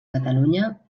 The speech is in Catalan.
catalunya